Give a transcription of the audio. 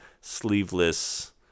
sleeveless